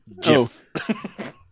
GIF